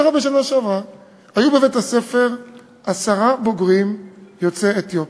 היו בבית-הספר עשרה בוגרים יוצאי אתיופיה.